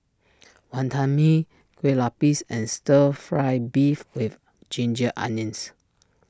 Wonton Mee Kueh Lapis and Stir Fry Beef with Ginger Onions